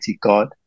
God